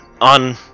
on